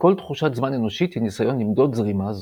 וכל תחושת זמן אנושית היא ניסיון למדוד זרימה זו.